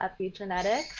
epigenetics